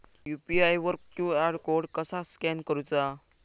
UPI वर QR code कसा scan करूचा?